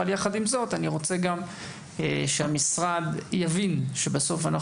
אבל יחד עם זאת אני רוצה שהמשרד יבין שבסוף אנחנו